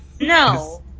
no